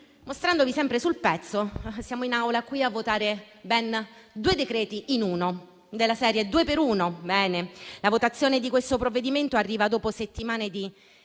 mostrandovi sempre sul pezzo, siamo in Aula qui a votare ben due decreti-legge in uno; della serie due per uno. La votazione di questo provvedimento arriva dopo settimane di